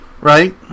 Right